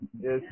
Yes